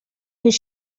his